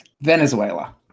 Venezuela